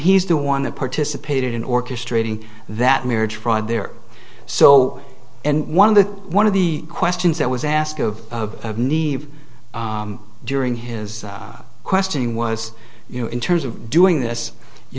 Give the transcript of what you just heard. he's the one that participated in orchestrating that marriage fraud there so and one of the one of the questions that was asked of of need during his questioning was you know in terms of doing this you